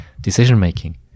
decision-making